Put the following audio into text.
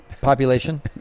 population